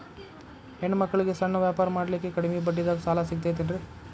ಹೆಣ್ಣ ಮಕ್ಕಳಿಗೆ ಸಣ್ಣ ವ್ಯಾಪಾರ ಮಾಡ್ಲಿಕ್ಕೆ ಕಡಿಮಿ ಬಡ್ಡಿದಾಗ ಸಾಲ ಸಿಗತೈತೇನ್ರಿ?